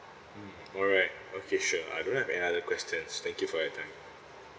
mm alright okay sure I don't have any other questions thank you for your time